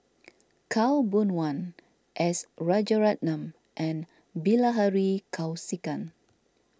Khaw Boon Wan S Rajaratnam and Bilahari Kausikan